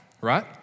right